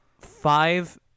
five